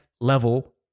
level